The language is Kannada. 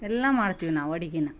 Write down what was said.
ಎಲ್ಲ ಮಾಡ್ತೀವಿ ನಾವು ಅಡ್ಗೆನ